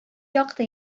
якты